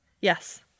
Yes